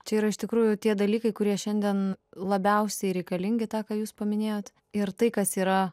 čia yra iš tikrųjų tie dalykai kurie šiandien labiausiai reikalingi tą ką jūs paminėjot ir tai kas yra